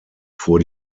fuhr